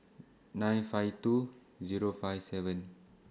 nine five two Zero five seven